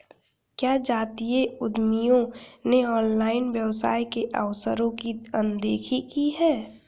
क्या जातीय उद्यमियों ने ऑनलाइन व्यवसाय के अवसरों की अनदेखी की है?